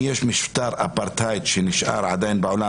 אם יש משטר אפרטהייד שנשאר עדיין בעולם,